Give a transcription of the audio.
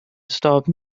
stopped